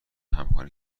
همخوانی